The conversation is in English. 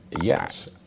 yes